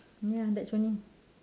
ya that's one